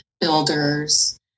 builders